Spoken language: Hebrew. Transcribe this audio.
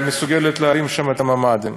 שם את הממ"דים.